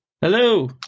Hello